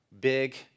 big